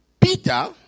Peter